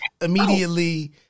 immediately